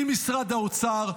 עם משרד האוצר,